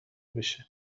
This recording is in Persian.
بشه